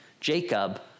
Jacob